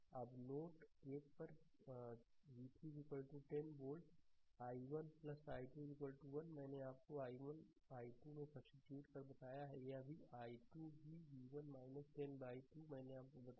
slide समय देखें 2815 अब नोड 1 पर v 3 10 वोल्ट i1 i2 1 मैंने आपको i1 i2 मे सब्सीट्यूट कर बताया यह i2 भी v1 10 बाई 2 मैंने आपको बताया